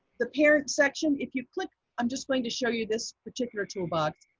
the parent section, if you click i'm just going to show you this particular tool box.